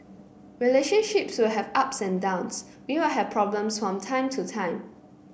relationships will have ups and downs we will have problems from time to time